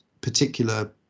particular